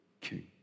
king